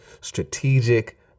strategic